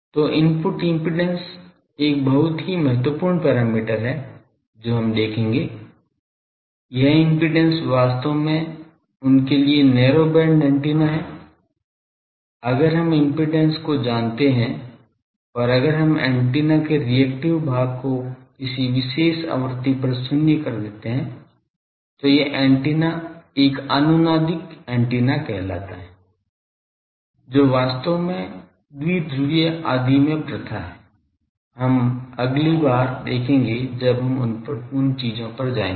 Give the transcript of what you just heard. तो input impedance एक बहुत ही महत्वपूर्ण पैरामीटर है जो हम देखेंगे यह इम्पीडेन्स वास्तव में उनके लिए नैरो बैंड एंटेना है अगर हम इम्पीडेन्स को जानते हैं और अगर हम ऐन्टेना के रिएक्टिव भाग को किसी विशेष आवृत्ति पर शून्य कर सकते हैं तो यह एंटीना एक अनुनादिक एंटीना कहलाता है जो वास्तव में द्विध्रुवीय आदि में प्रथा है हम अगली बार देखेंगे जब हम उन चीजों पर जाएंगे